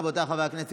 רבותיי חברי הכנסת,